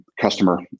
customer